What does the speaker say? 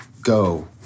go